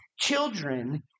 children